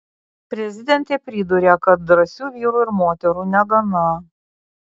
prezidentė priduria kad drąsių vyrų ir moterų negana